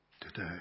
today